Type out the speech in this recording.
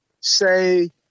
say